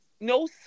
no